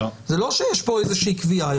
זה לא שיש פה איזה קביעה.